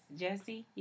jesse